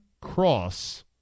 Cross